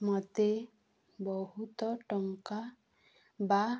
ମୋତେ ବହୁତ ଟଙ୍କା ବା